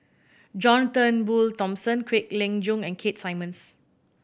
John Turnbull Thomson Kwek Leng Joo and Keith Simmons